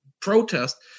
protest